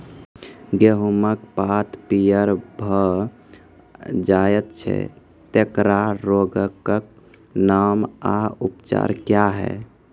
गेहूँमक पात पीअर भअ जायत छै, तेकरा रोगऽक नाम आ उपचार क्या है?